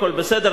הכול בסדר,